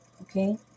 okay